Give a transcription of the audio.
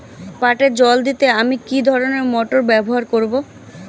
পাটে জল দিতে আমি কি ধরনের মোটর ব্যবহার করব?